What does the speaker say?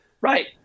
right